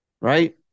right